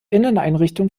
inneneinrichtung